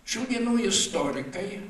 šių dienų istorikai